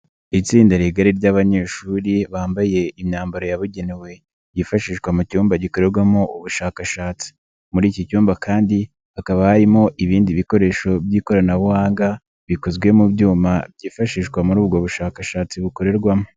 Itsinda rigari ry'abanyeshuri bambaye imyambaro yabugenewe yifashishwa mu cyumba gikorerwamo ubushakashatsi. Muri iki cyumba kandi hakaba harimo ibindi bikoresho by'ikoranabuhanga bikozwe mu byuma byifashishwa muri ubwo bushakashatsi bukorerwamo.